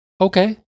Okay